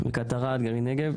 על בקעת ארד על גרעין נגב.